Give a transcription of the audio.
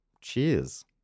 cheers